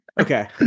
Okay